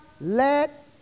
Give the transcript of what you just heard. let